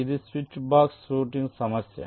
ఇది switch box routing సమస్య